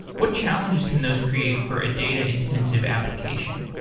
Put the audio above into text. what challenges can those create for a data-intensive application?